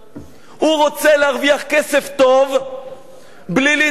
הוא רוצה להרוויח כסף טוב בלי להתאמץ.